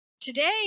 Today